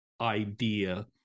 idea